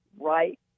right